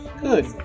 Good